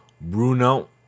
Bruno